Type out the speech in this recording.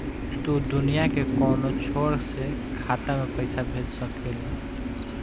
तू दुनिया के कौनो छोर से खाता में पईसा भेज सकेल